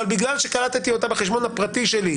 אבל בגלל שקלטתי אותה בחשבון הפרטי שלי,